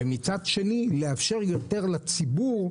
ומצד שני לאפשר יותר לציבור,